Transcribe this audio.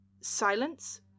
silence